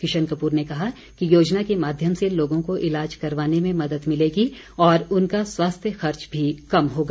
किशन कपूर ने कहा कि योजना के माध्यम से लोगों को ईलाज करवाने में मदद मिलेगी और उनका स्वास्थ्य खर्च भी कम होगा